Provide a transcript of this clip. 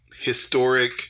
historic